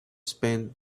spend